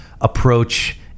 approach